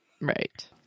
Right